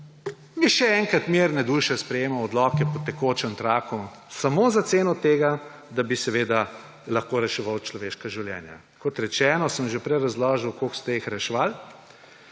bi še enkrat mirne duše sprejemamo odloke po tekočem traku, samo za ceno tega, da bi lahko reševal človeška življenja. Kot rečeno, sem že prej razložil, koliko ste jih reševal.